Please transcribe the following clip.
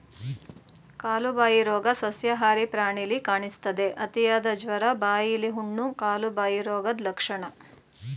ಕಾಲುಬಾಯಿ ರೋಗ ಸಸ್ಯಾಹಾರಿ ಪ್ರಾಣಿಲಿ ಕಾಣಿಸ್ತದೆ, ಅತಿಯಾದ ಜ್ವರ, ಬಾಯಿಲಿ ಹುಣ್ಣು, ಕಾಲುಬಾಯಿ ರೋಗದ್ ಲಕ್ಷಣ